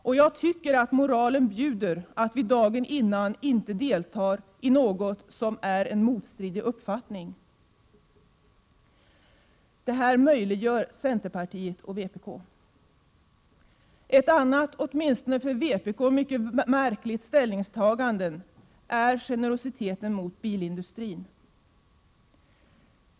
Moralen bjuder att vi dagen före den debatten inte ansluter oss till något som innebär en motstridig uppfattning. Det gör centern och vpk. Ett annat åtminstone för vpk mycket märkligt ställningstagande är generositeten mot bilindustrin.